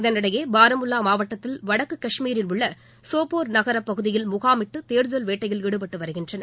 இதனிடையே பாரமுல்லா மாவட்டத்தில் வடக்கு கஷ்மீரில் உள்ள சோபோர் நகரப் பகுதியில் முகாமிட்டு தேடுதல் வேட்டையில் ஈடுபட்டு வருகின்றனர்